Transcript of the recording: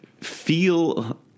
feel